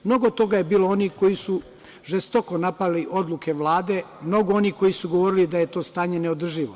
Mnogo je bilo onih koji su žestoko napali odluke Vlade, mnogo onih koji su govorili da je to stanje neodrživo.